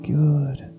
good